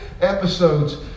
episodes